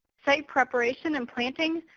site preparation and planting.